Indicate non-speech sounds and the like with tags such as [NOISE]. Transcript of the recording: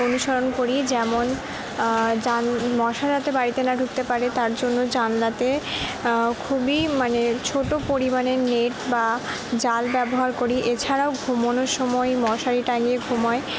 অনুসরণ করি যেমন [UNINTELLIGIBLE] মশা যাতে বাড়িতে না ঢুকতে পারে তার জন্য জানলাতে খুবই মানে ছোটো পরিমাণের নেট বা জাল ব্যবহার করি এছাড়াও ঘুমোনোর সময় মশারি টাঙিয়ে ঘুমোয়